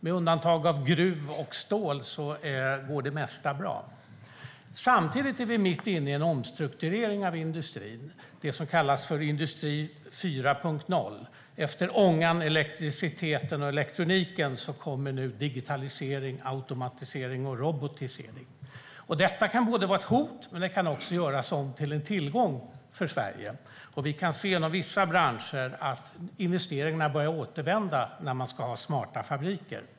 Med undantag av gruv och stålindustrin går det mesta bra. Samtidigt är vi mitt inne i en omstrukturering av industrin, det som kallas för industri 4.0. Efter ångan, elektriciteten och elektroniken kommer nu digitalisering, automatisering och robotisering. Detta kan vara ett hot men kan också göras om till en tillgång för Sverige. Inom vissa branscher kan vi se att investeringarna börjar återvända när man nu ska ha smarta fabriker.